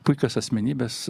puikios asmenybės